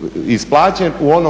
Hvala lijepa